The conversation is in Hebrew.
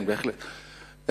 כן, בהחלט.